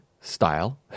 style